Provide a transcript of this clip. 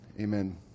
amen